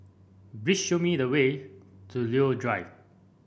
please show me the way to Leo Drive